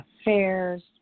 affairs